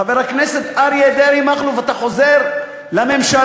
חבר הכנסת אריה מכלוף דרעי, אתה חוזר לממשלה,